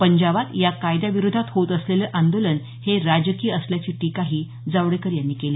पंजाबात या कायद्याविरोधात होत असलेलं आंदोलन हे राजकीय असल्याची टीकाही जावडेकर यांनी केली